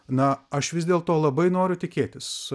na aš vis dėl to labai noriu tikėtis